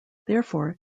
therefore